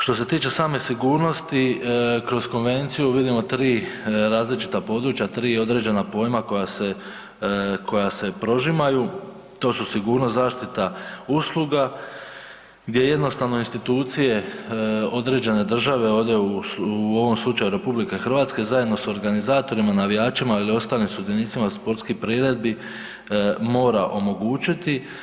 Što se tiče same sigurnosti kroz konvenciju vidimo 3 različita područja, 3 određena pojma koja se, koja se prožimaju, to su sigurnost zaštita usluga gdje jednostavno institucije određene države, ovdje u ovom slučaju RH zajedno s organizatorima, navijačima ili ostalim sudionicima sportskih priredbi mora omogućiti.